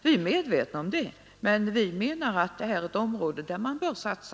Vi är medvetna om det, men vi menar att detta är ett område där man bör satsa.